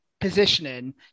positioning